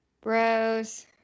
Bros